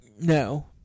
No